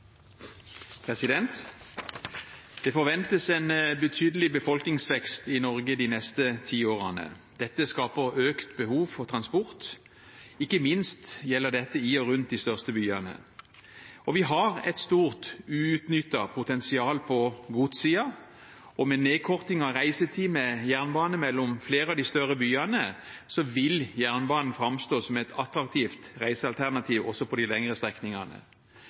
ti årene. Dette skaper økt behov for transport, ikke minst gjelder det i og rundt de største byene. Vi har et stort uutnyttet potensial på godssiden, og med nedkorting av reisetid med jernbane mellom flere av de større byene vil jernbanen framstå som et attraktivt reisealternativ også på de lengre strekningene.